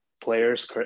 players